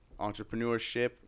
entrepreneurship